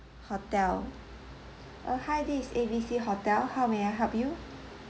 hotel uh hi this is A B C hotel how may I help you